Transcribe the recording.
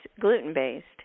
gluten-based